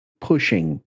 pushing